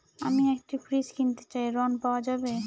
আমি একটি ফ্রিজ কিনতে চাই ঝণ পাওয়া যাবে?